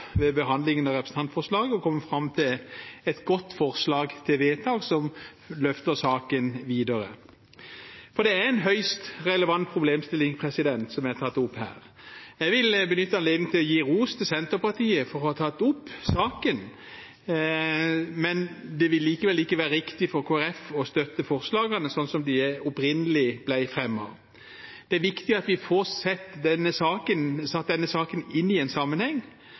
ved behandlingen av representantforslaget og kommet fram til et godt forslag til vedtak som løfter saken videre. Det er en høyst relevant problemstilling som er tatt opp her. Jeg vil benytte anledningen til å gi ros til Senterpartiet for å ha tatt opp saken, men det vil likevel ikke være riktig for Kristelig Folkeparti å støtte forslagene slik de opprinnelig ble fremmet. Det er viktig at vi får satt denne saken inn i en sammenheng,